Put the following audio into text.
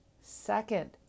Second